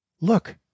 look